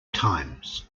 times